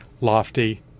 lofty